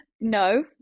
No